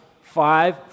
five